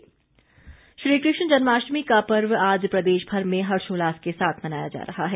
बधाई श्री कृष्ण जन्माष्टमी का पर्व आज प्रदेशभर में हर्षोल्लास के साथ मनाया जा रहा है